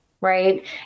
right